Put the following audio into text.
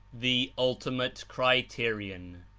the ultimate criterion